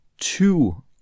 two